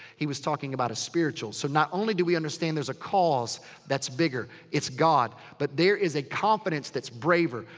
he was talking about a spiritual. so not only do we understand there's a cause that's bigger. it's god. but there is a confidence that's braver.